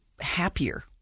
happier